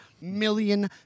million